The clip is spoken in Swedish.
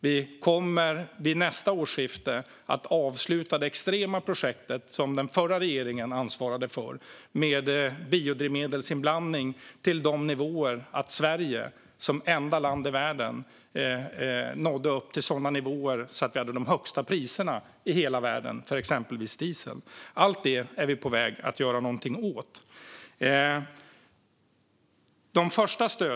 Vi kommer vid nästa årsskifte att avsluta det extrema projekt som den förra regeringen ansvarade för med biodrivmedelsinblandning till sådana nivåer att Sverige hade de högsta priserna i hela världen för exempelvis diesel. Allt detta är vi på väg att göra någonting åt.